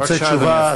בבקשה, אדוני השר.